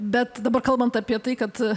bet dabar kalbant apie tai kad